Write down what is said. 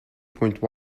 point